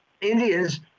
Indians